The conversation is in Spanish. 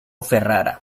ferrara